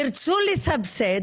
ירצו לסבסד.